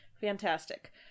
Fantastic